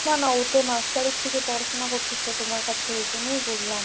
না না ও তো মাস চারেক থেকে পড়াশোনা করছে তোমার কাছে এই জন্যই বললাম